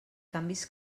canvis